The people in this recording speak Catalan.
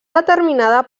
determinada